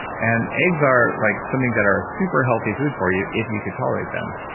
and eggs are like something that are super healthy food for you if you could tolerate them.